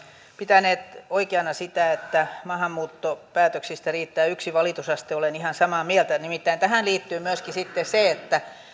pitäneet oikeana sitä että maahanmuuttopäätöksistä riittää yksi valitusaste olen ihan samaa mieltä nimittäin tähän liittyy myöskin sitten se että